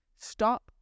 stop